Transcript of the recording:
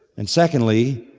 and secondly,